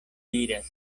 diras